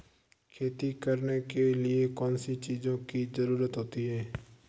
खेती करने के लिए कौनसी चीज़ों की ज़रूरत होती हैं?